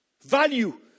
Value